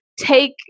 take